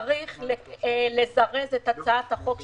צריך לזרז ולקדם את הצעת החוק שהגשתם,